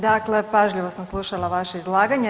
Dakle pažljivo sam slušala vaše izlaganje.